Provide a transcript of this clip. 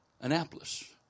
Annapolis